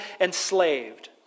enslaved